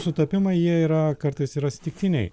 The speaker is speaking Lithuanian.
sutapimai jie yra kartais ir atsitiktiniai